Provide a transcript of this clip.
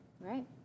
Right